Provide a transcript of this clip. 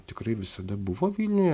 tikrai visada buvo vilniuje